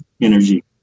energy